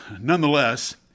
nonetheless